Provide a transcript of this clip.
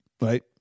Right